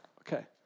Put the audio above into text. Okay